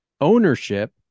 ownership